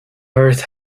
earth